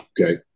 Okay